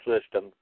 system